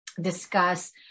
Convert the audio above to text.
discuss